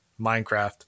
Minecraft